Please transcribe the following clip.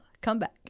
comeback